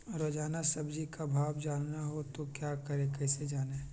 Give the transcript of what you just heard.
रोजाना सब्जी का भाव जानना हो तो क्या करें कैसे जाने?